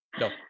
no